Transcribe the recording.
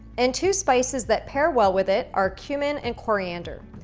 and two spices that pair well with it are cumin and coriander.